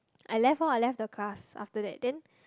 I left lor I left the class after that then